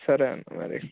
సరే అన్న మరి